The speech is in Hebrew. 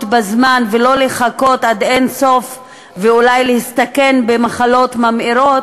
בזמן ולא לחכות עד אין-סוף ואולי להסתכן במחלות ממאירות,